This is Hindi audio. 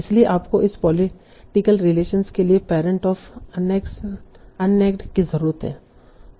इसलिए आपको इस पोलिटिकल रिलेशन के लिए पैरेंट ऑफ़ अन्नेक्ड की जरूरत है